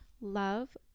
love